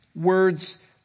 words